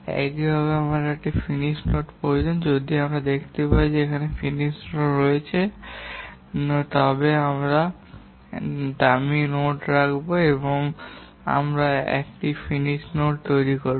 একইভাবে আমাদের একটি একক ফিনিস নোড প্রয়োজন যদি আমরা দেখতে পাই যে একাধিক ফিনিস নোড রয়েছে তবে আমরা একটি ডামি নোড রাখব এবং আমরা এটিকে একটি একক ফিনিস নোড তৈরি করব